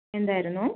എന്തായിരുന്നു